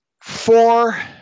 four